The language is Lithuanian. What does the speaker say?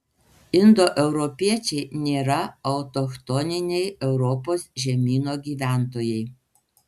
indoeuropiečiai nėra autochtoniniai europos žemyno gyventojai